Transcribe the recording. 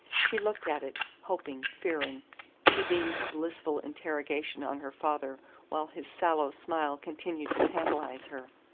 she looked at it, hoping, fearing she beamed blissful interrogation on her father while his sallow smile continued to tantalize her.